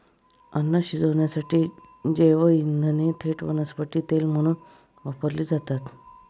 अन्न शिजवण्यासाठी जैवइंधने थेट वनस्पती तेल म्हणून वापरली जातात